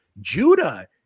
Judah